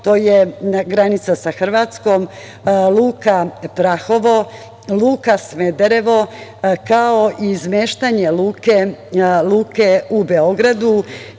to je granica sa Hrvatskom, Luka Prahovo, Luka Smederevo, kao i izmeštanje Luke u Beogradu